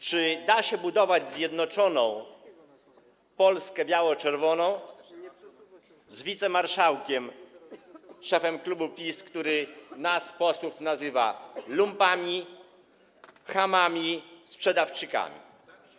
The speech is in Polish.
Czy da się budować zjednoczoną Polskę biało-czerwoną z wicemarszałkiem, szefem klubu PiS, który nas, posłów, nazywa lumpami, chamami, sprzedawczykami?